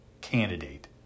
candidate